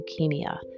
leukemia